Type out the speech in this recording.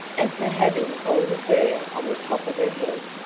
and for having all the fur on the top of her head.